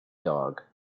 dog